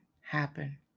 happen